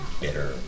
bitter